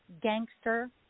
Gangster